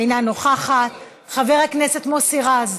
אינה נוכחת, חבר הכנסת מוסי רז,